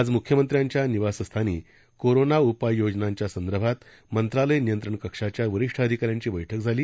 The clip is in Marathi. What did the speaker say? ज मुख्यमंत्र्यांच्या निवासस्थानी कोरोना उपया योजनांच्या संदर्भात मंत्रालय नियंत्रण कक्षाच्या वरिष्ठ अधिकाऱ्यांची बठक झाली